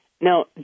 Now